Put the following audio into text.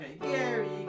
Gary